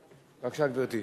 בבקשה, גברתי.